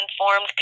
informed